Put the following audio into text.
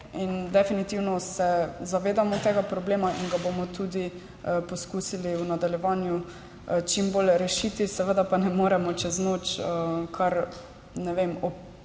Definitivno se zavedamo tega problema in ga bomo tudi poskusili v nadaljevanju čim bolj rešiti. Seveda pa ne moremo čez noč kar, ne vem, opismeniti